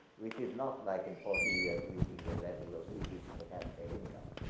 which is not like in forty years reading the level of egypt's per capita income.